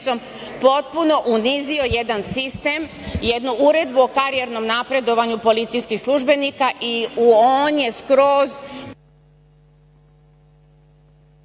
potpuno unizio jedan sistem, jednu uredbu o karijernom napredovanju policijskih službenika, i on je skroz